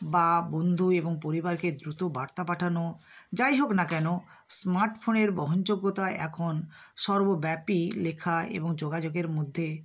বা বন্ধু এবং পরিবারকে দ্রুত বার্তা পাঠানো যাই হোক না কেনো স্মার্ট ফোনের বহনযোগ্যতা এখন সর্বব্যাপী লেখা এবং যোগাযোগের মধ্যে